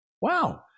Wow